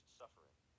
suffering